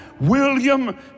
William